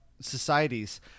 societies